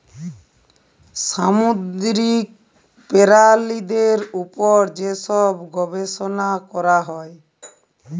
সামুদ্দিরিক পেরালিদের উপর যে ছব গবেষলা ক্যরা হ্যয়